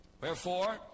Wherefore